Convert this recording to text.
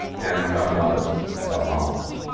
and about mothers, about moms.